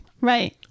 Right